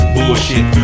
Bullshit